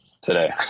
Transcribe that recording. today